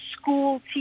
school